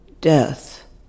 death